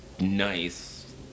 nice